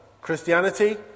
Christianity